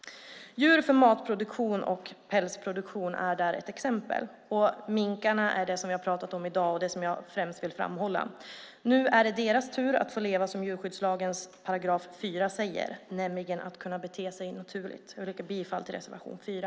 Djur för matproduktion och pälsproduktion är där ett exempel. Minkarna är det som vi har pratat om i dag och som jag främst vill framhålla. Nu är det deras tur att få leva som djurskyddslagens § 4 säger, nämligen att kunna bete sig naturligt. Jag yrkar bifall till reservation 4.